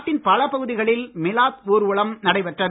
நாட்டின் பல பகுதிகளில் மிலாத் ஊர்வலம் நடைபெற்றன